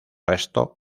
resto